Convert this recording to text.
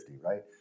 right